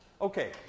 Okay